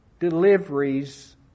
deliveries